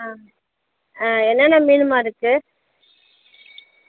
ஆ ஆ என்னென்ன மீனும்மா இருக்குது